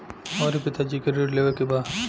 हमरे पिता जी के ऋण लेवे के बा?